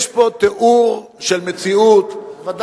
יש פה תיאור של מציאות, בוודאי.